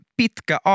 pitkä